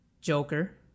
Joker